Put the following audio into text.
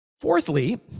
Fourthly